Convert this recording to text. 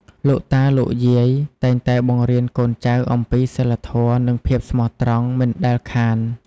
លោកតា លោកយាយតែងតែបង្រៀនកូនចៅអំពីសីលធម៌ និងភាពស្មោះត្រង់មិនដែលខាន។